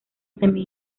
semi